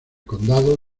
condado